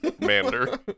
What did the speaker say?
Mander